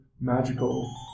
magical